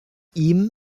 ihm